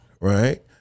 right